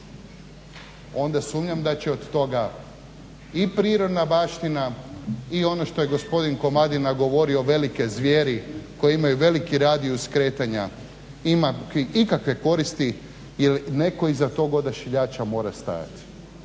onda sumnjam da će od toga i prirodna baština i ono što je gospodin Komadina govorio velike zvijeri koje imaju veliki radijus kretanja imati ikakve koristi jer netko iza tog odašiljača mora stajati.